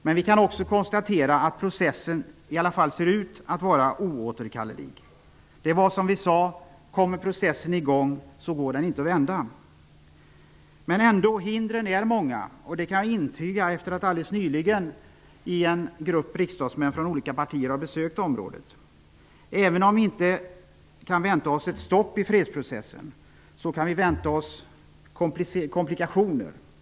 Men vi kan också konstatera att processen i alla fall ser ut att vara oåterkallelig. Det var som vi sade: kommer processen i gång, går den inte att vända. Hindren är dock många. Detta kan jag intyga efter att helt nyligen tillsammans med andra riksdagsmän från olika partier ha besökt området. Även om vi inte kan vänta oss ett stopp i fredsprocessen, kan vi vänta oss allvarliga komplikationer.